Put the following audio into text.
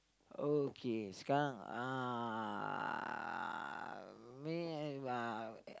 okay sekarang uh may I uh